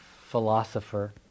philosopher